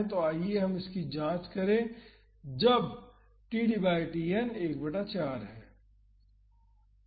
तो आइए हम इसकी जाँच करें जब td बाई Tn 1 बटा 4 है